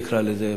נקרא לזה,